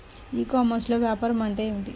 ఈ కామర్స్లో వ్యాపారం అంటే ఏమిటి?